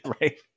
right